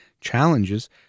challenges